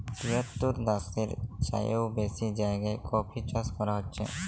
তিয়াত্তর দ্যাশের চাইয়েও বেশি জায়গায় কফি চাষ ক্যরা হছে